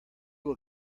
will